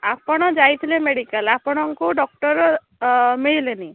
ଆପଣ ଯାଇଥିଲେ ମେଡ଼ିକାଲ ଆପଣଙ୍କୁ ଡକ୍ଟର ମିଳିଲେନି